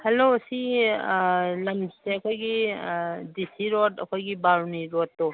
hello ꯁꯤ ꯂꯝꯁꯦ ꯑꯩꯈꯣꯏꯒꯤ ꯗꯤ ꯁꯤ ꯔꯣꯗ ꯑꯩꯈꯣꯏꯒꯤ ꯕꯥꯔꯨꯅꯤ ꯔꯣꯗꯇꯣ